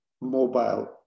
mobile